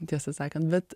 tiesą sakant bet